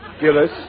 Gillis